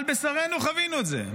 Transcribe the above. על בשרנו חווינו את זה,